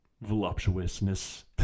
Voluptuousness